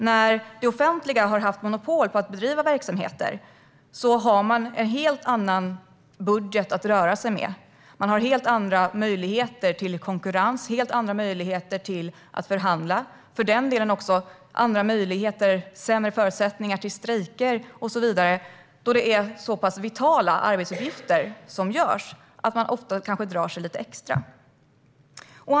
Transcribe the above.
När det offentliga har haft monopol på att bedriva verksamheter har man haft en helt annan budget att röra sig med och helt andra möjligheter till konkurrens. Anställda har haft helt andra möjligheter att förhandla och för den delen sämre förutsättningar att strejka och så vidare. Det är nämligen så pass vitala arbetsuppgifter som utförs att de kanske drar sig lite extra för det.